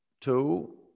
two